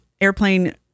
airplane